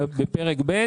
בפרק ב'.